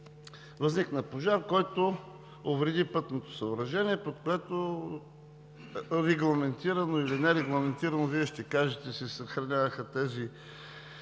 възникна пожар, който увреди пътното съоръжение, под което регламентирано или нерегламентирано – Вие ще кажете, се съхраняваха тези